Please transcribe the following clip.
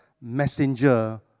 messenger